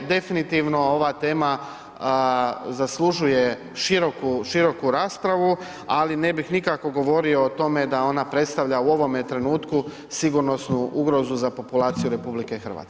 Definitivno ova tema zaslužuje široku raspravu, ali ne bih nikako govorio o tome da ona predstavlja u ovom trenutku sigurnosnu ugrozu za populaciju RH.